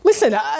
Listen